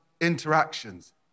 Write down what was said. interactions